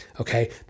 okay